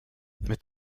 mit